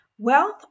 Wealth